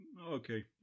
okay